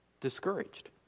discouraged